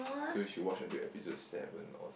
so you should watch until episode seven or